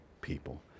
people